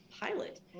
pilot